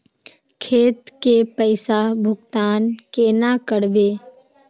खेत के पैसा भुगतान केना करबे?